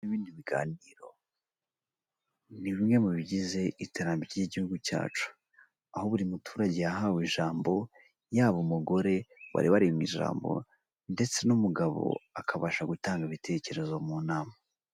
Ibindi biganiro nimwe mu bigize iterambere ry'igihugu cyacu, aho buri muturage yahawe ijambo yaba umugore wari warimwe ijambo ndetse n'umugabo akabasha gutanga ibitekerezo mu nama.